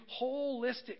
holistic